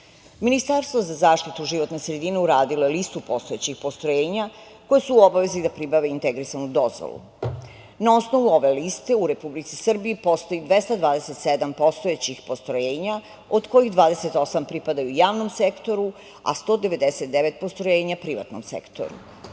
Ministarstvo za zaštitu životne sredine uradilo je listo postojećih postrojenja koje su u obavezi da pribave integrisanu dozvolu. Na osnovu ove liste u Republici Srbiji postoji 227 postojećih postrojenja od kojih 28 pripadaju javnom sektoru, a 199 postrojenja privatnom sektoru. Drugi